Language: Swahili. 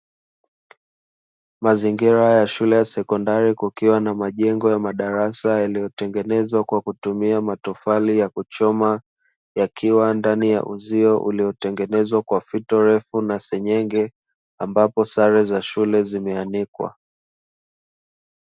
Mazingira ya shule ya sekondari kukiwa na majengo ya madarasa yaliyotengenezwa kwa matofali ya kuchoma, yakiwa ndani ya uzio uliyotengenezwa kwa fito refu na senyenge ambapo sare za shule zimeanikiwa.